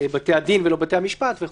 ובתי הדין ולא בתי המשפט וכו'.